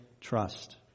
trust